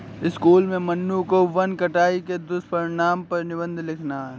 school में मन्नू को वन कटाई के दुष्परिणाम पर निबंध लिखना है